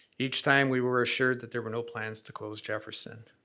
each time we were were assured that there were no plans to close jefferson.